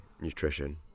Nutrition